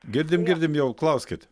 girdim girdim jau klauskit